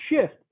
shift